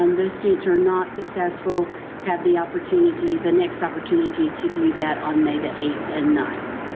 um those students who are not successful have the opportunity the next opportunity to do that on may the eighth and ninth.